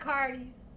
Cardi's